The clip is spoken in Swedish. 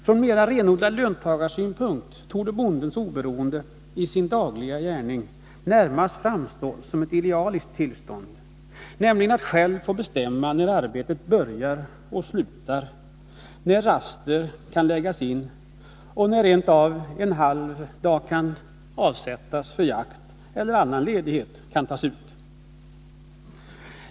Från mera renodlad löntagarsynpunkt torde bondens oberoende i sin dagliga gärning närmast framstå som ett idealiskt tillstånd, nämligen att själv bestämma när arbetet börjar och slutar, när raster skall läggas in och rent av när en halv dag för jakt eller annan ledighet kan tas ut.